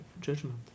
judgment